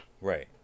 Right